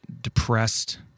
depressed